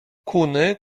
kuny